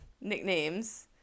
nicknames